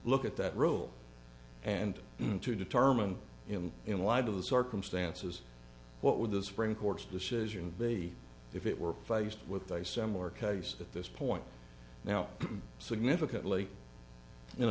look at that rule and even to determine him in light of the circumstances what would the supreme court's decision be if it were faced with a similar case at this point now significantly in